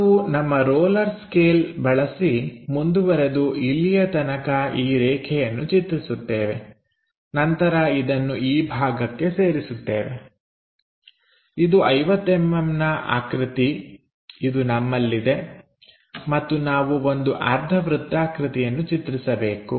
ನಾವು ನಮ್ಮ roller scale ಬಳಸಿ ಮುಂದುವರಿದು ಇಲ್ಲಿಯತನಕ ಈ ರೇಖೆಯನ್ನು ಚಿತ್ರಿಸುತ್ತೇವೆ ನಂತರ ಇದನ್ನು ಈ ಭಾಗಕ್ಕೆ ಸೇರಿಸುತ್ತೇವೆ ಇದು 50mm ನ ಆಕೃತಿ ಇದು ನಮ್ಮಲ್ಲಿದೆ ಮತ್ತು ನಾವು ಒಂದು ಅರ್ಧ ವೃತ್ತಾಕೃತಿಯನ್ನು ಚಿತ್ರಿಸಬೇಕು